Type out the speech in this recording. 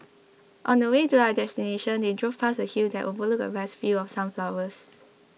on the way to their destination they drove past a hill that overlooked vast fields of sunflowers